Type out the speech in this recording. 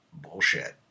bullshit